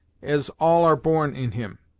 as all are born in him.